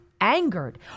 angered